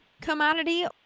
commodity